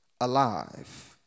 alive